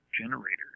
generator